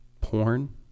porn